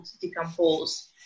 decompose